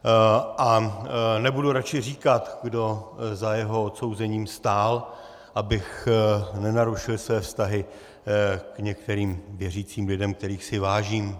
A nebudu radši říkat, kdo za jeho odsouzením stál, abych nenarušil své vztahy k některým věřícím lidem, kterých si vážím.